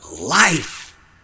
life